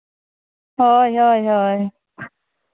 ᱦᱳᱭ ᱦᱳᱭ ᱦᱳᱭ